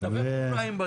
ואין אותו.